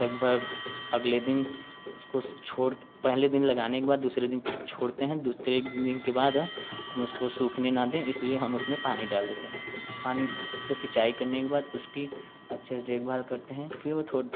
लगभग अगले दिन उसको छोड़ पहले दिन लगाने के बाद दूसरे दिन छोड़ते हैं दूसरे एक दो दिन के बाद हम उसको सूखने न दें इसलिए हम उसमें पानी डाल देते हैं पानी से सिंचाई करने के बाद उसकी अच्छे से देखभाल करते हैं फिर वो थो